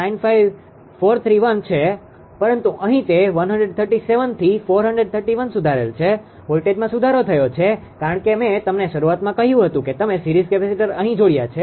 95431 છે પરંતુ અહીં તે 137થી 431 સુધરેલ છે વોલ્ટેજમાં સુધારો થયો છે કારણ કે મેં તમને શરૂઆતમાં કહ્યું હતું કે તમે સીરીઝ કેપેસિટર અહીં જોડ્યા છે